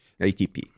ATP